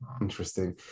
Interesting